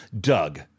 Doug